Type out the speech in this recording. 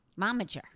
Momager